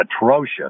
atrocious